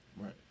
Right